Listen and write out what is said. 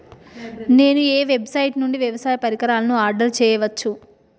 నేను ఏ వెబ్సైట్ నుండి వ్యవసాయ పరికరాలను ఆర్డర్ చేయవచ్చు?